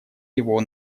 его